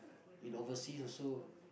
in overseas also